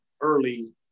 early